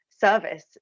service